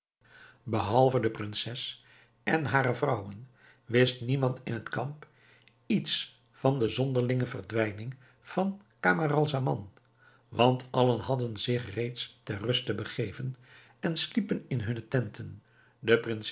behalve de prinses en hare vrouwen wist niemand in het kamp iets van de zonderlinge verdwijning van camaralzaman want allen hadden zich reeds ter ruste begeven en sliepen in hunne tenten de